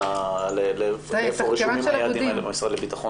על היעדים בתחום